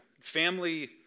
Family